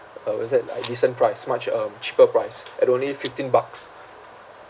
uh what's that like a decent price much um cheaper price at only fifteen bucks